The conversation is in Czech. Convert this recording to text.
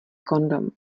kondom